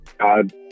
God